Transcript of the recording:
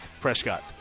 Prescott